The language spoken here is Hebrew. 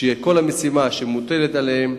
כדי שכל משימה שמוטלת עליהם הם